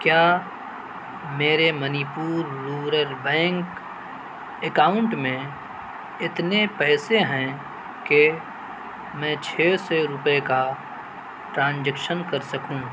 کیا میرے Manipur rural bank account میں اتنے پیسے ہیں کہ میں چھ سے روپئے کا ٹرانزیکشن کر سکوں